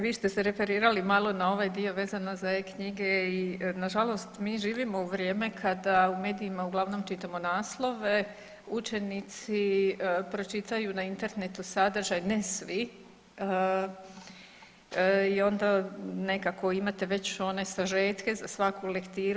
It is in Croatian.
Vi ste se referirali malo na ovaj dio vezano za e-knjige i na žalost mi živimo u vrijeme kada u medijima uglavnom čitamo naslove učenici pročitaju na Internetu sadržaj, ne svi i onda nekako imate one sažetke za svaku lektiru.